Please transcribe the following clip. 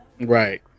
right